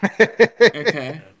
Okay